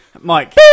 Mike